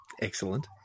Excellent